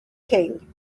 king